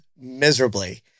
miserably